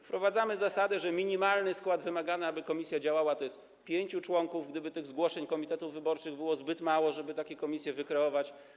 Wprowadzamy zasadę, że minimalny skład wymagany, aby komisja działała, to pięciu członków, gdyby zgłoszeń komitetów wyborczych było zbyt mało, żeby takie komisje wykreować.